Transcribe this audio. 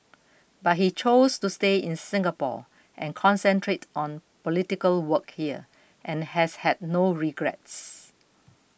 but he chose to stay in Singapore and concentrate on political work here and has had no regrets